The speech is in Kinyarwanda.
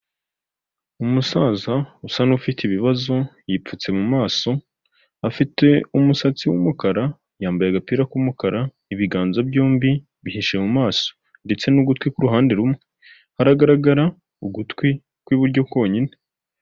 Umusaza usa n'ufite ibibazo, yipfutse mu maso, afite umusatsi w'umukara, yambaye agapira k'umukara, ibiganza byombi bihishe mu maso, ndetse n'ugutwi ku ruhande rumwe, haragaragara ugutwi ku iburyo konyine.